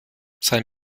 sein